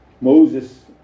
Moses